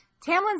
tamlin's